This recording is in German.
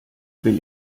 will